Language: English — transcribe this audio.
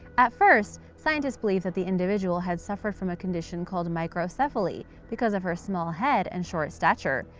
at first, scientists believed that the individual had suffered from a condition called microcephaly, because of her small head and short stature.